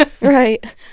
Right